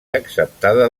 acceptada